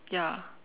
ya